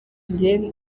njyewe